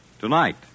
Tonight